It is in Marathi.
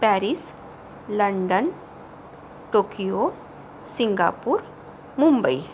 Paris London Tokyo Singapore Mumbai